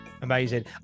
Amazing